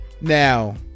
Now